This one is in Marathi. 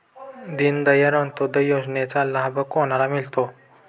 दीनदयाल अंत्योदय योजनेचा लाभ कोणाला मिळतो?